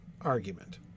argument